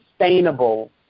sustainable